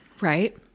right